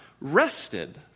rested